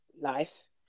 life